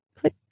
Click